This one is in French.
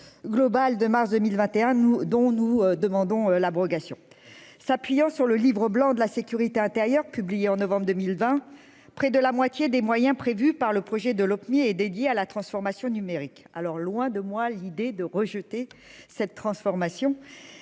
globale de mars 2021 nous dont nous demandons l'abrogation, s'appuyant sur le Livre blanc de la sécurité intérieure publié en novembre 2020, près de la moitié des moyens prévus par le projet de l'opinion est dédié à la transformation numérique alors loin de moi l'idée de rejeter cette transformation